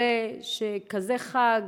הרי כזה חג,